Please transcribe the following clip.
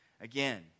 Again